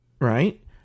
right